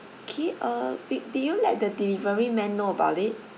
okay uh did did you let the delivery man know about it